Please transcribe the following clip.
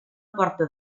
porta